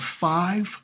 five